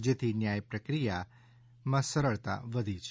જેથી ન્યાય પ્રક્રિયામાં સરળતા વધી છે